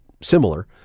similar